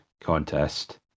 contest